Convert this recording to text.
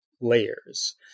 layers